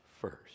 first